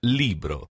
libro